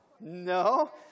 No